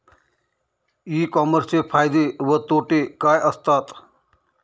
E कॉमर्सचे फायदे व तोटे काय असतात?